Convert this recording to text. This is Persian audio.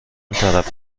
طرف